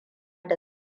da